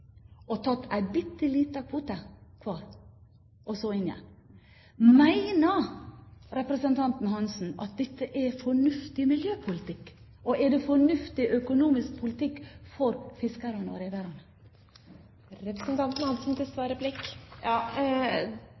tatt en bitte liten kvote hver, og så dratt inn igjen. Mener representanten Hansen at dette er fornuftig miljøpolitikk? Og er det fornuftig økonomisk politikk for fiskerne